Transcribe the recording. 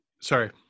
sorry